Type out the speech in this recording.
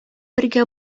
бергә